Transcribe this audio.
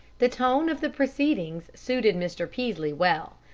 the tone of the proceedings suited mr. peaslee well.